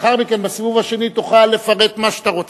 לאחר מכן, בסיבוב השני, תוכל לפרט מה שאתה רוצה.